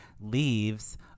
Leaves